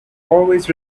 always